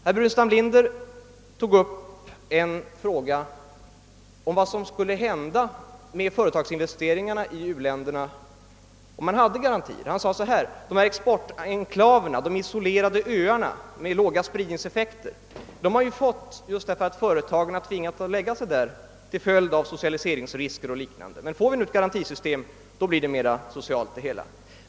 Herr Burenstam Linder tog upp frågan om vad som skulle hända med företagsinvesteringarna i u-länderna, om man hade garantier, och förklarade: Dessa exportenklaver, de isolerade öarna med låga spridningseffekter, har vi fått därför att företagen har tvingats lägga sig där till följd av socialiseringsrisker o.s. v., men får vi ett garantisystem blir det hela mera socialt.